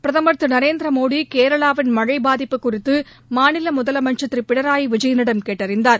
பிரதம் திரு நரேந்திரமோடி கேரளாவின் மழை பாதிப்பு குறித்து மாநில முதலமைச்சர் திரு பிரனாய் விஜயளிடம் கேட்டறிந்தார்